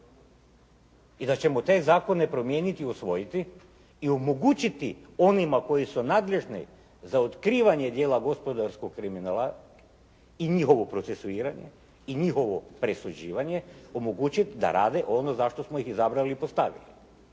i da ćemo te zakone promijeniti i usvojiti i omogućiti onima koji su nadležni za otkrivanje djela gospodarskog kriminala i njihovo procesuiranje i njihovo presuđivanje omogućiti da rade ono zašto smo ih izabrali i postavili.